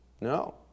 No